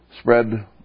spread